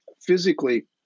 physically